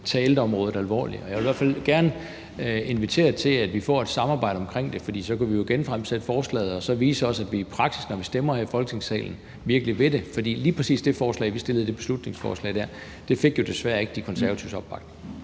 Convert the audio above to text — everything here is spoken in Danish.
tage ældreområdet alvorligt. Jeg vil i hvert fald gerne invitere til, at vi får et samarbejde omkring det, for så kunne vi jo genfremsætte forslaget og også vise, at vi i praksis, når vi stemmer her i Folketingssalen, virkelig vil det. For lige præcis det beslutningsforslag, vi fremsatte, fik jo desværre ikke De Konservatives opbakning.